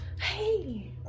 Hey